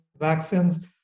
vaccines